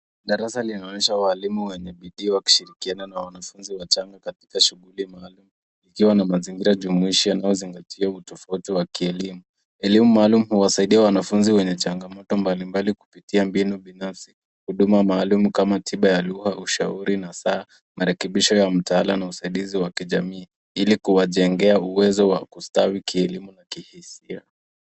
Darasa linaonyesha walimu wenye bidii wakishirikiana na wanafunzi wachanga katika shuguli maalum ikiwa na mazingira maalum ikiwa mazingira jumuishi inayozingatia utofauti wa kielimu. Elimu maalum huwasaidia wanafunzi wenye changamoto mbalimbali kupitia mbinu binafsi, huduma maalum kama tiba ya lugha, ushauri na hasaa marekebisho ya taalam na usaidizi wa kijamii ili kuwajengea uwezo wa kustawi kielimu na kihisia.